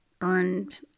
earned